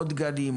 עוד גנים,